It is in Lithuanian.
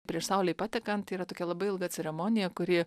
prieš saulei patekant yra tokia labai ilga ceremonija kuri